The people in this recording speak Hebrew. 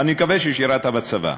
אני מקווה ששירתָּ בצבא.